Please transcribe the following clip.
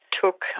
took